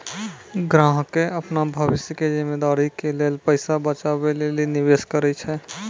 ग्राहकें अपनो भविष्य के जिम्मेदारी के लेल पैसा बचाबै लेली निवेश करै छै